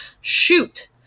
Shoot